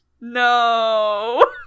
No